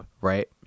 right